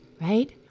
right